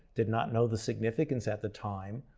did not know the significance at the time,